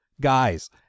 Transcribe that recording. Guys